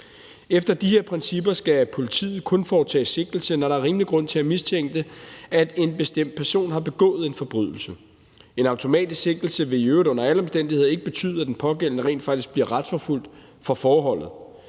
Efter de her principper skal politiet kun foretage sigtelse, når der er rimelig grund til at mistænke, at en bestemt person har begået en forbrydelse. En automatisk sigtelse vil i øvrigt under alle omstændigheder ikke betyde, at den pågældende rent faktisk bliver retsforfulgt for forholdet.